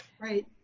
Right